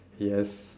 yes